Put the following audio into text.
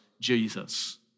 Jesus